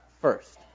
first